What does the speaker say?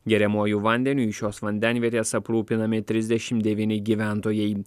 geriamuoju vandeniu iš šios vandenvietės aprūpinami trisdešimt devyni gyventojai